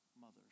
mothers